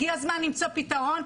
הגיע הזמן למצוא פתרון,